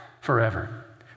forever